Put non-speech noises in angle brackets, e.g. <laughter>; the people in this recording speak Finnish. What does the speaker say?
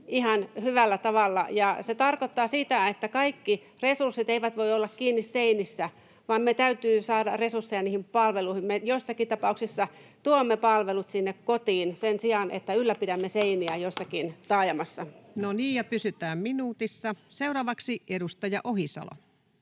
ihan hyvällä tavalla. Se tarkoittaa sitä, että kaikki resurssit eivät voi olla kiinni seinissä, vaan meidän täytyy saada resursseja niihin palveluihin. Me joissakin tapauksissa tuomme palvelut sinne kotiin sen sijaan, <noise> että ylläpidämme seiniä jossakin taajamassa. [Speech 37] Speaker: Ensimmäinen varapuhemies Paula Risikko